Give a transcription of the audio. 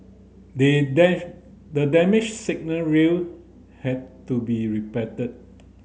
they the damaged signal rail had to be repaired